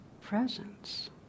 presence